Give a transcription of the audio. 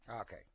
Okay